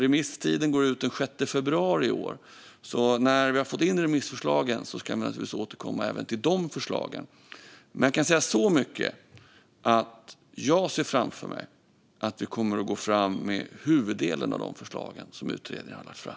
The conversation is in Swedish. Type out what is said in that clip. Remisstiden går ut den 6 februari, så när vi har fått in remissförslagen ska jag naturligtvis återkomma även till dem. Jag kan dock säga så mycket att jag ser framför mig att vi kommer att gå fram med huvuddelen av de förslag som utredningen har lagt fram.